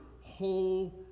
whole